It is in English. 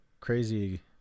crazy